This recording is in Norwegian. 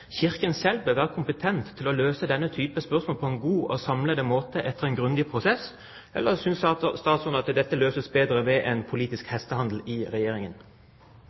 Kirken selv bør være kompetent til å løse denne type spørsmål på en god og samlende måte etter en grundig prosess, eller synes statsråden at dette løses bedre ved en politisk hestehandel i Regjeringen?